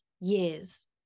years